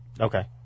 Okay